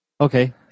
okay